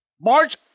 March